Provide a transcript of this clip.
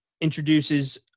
introduces